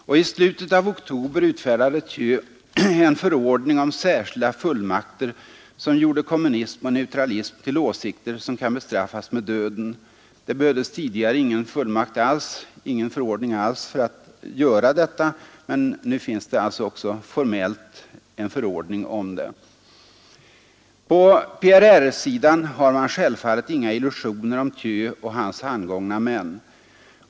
Och i slutet av oktober utfärdade Thieu en förordning om ”särskilda fullmakter” som gjorde kommunism och neutralism till åsikter som kan bestr s med döden. Det behövdes tidigare ingen förordning alls för att göra detta, men nu finns det alltså formellt en förordning om det. På PRR-sidan har man självfallet inga illusioner om Thieu och hans handgångna män.